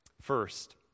First